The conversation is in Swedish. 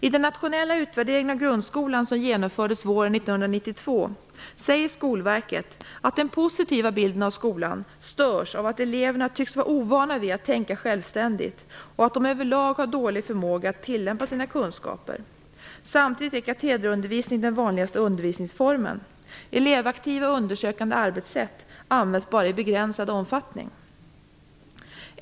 I den nationella utvärdering av grundskolan som genomfördes våren 1992 säger Skolverket att den positiva bilden av skolan störs av att eleverna tycks vara ovana vid att tänka självständigt och att de överlag har dålig förmåga att tillämpa sina kunskaper. Samtidigt är katederundervisning den vanligaste undervisningsformen; elevaktiva undersökande arbetssätt används bara i begränsad omfattning.